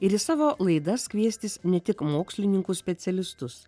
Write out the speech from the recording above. ir į savo laidas kviestis ne tik mokslininkus specialistus